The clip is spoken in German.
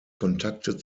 kontakte